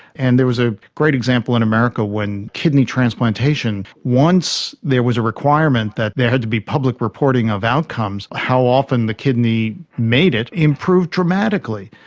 and there was a great example in america when kidney transplantation, once there was a requirement that there had to be public reporting of outcomes, how often the kidney made it, it improved dramatically.